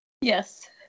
yes